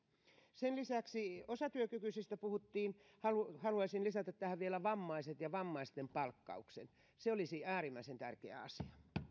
sen lisäksi osatyökykyisistä puhuttiin haluaisin haluaisin lisätä tähän vielä vammaiset ja vammaisten palkkauksen se olisi äärimmäisen tärkeä asia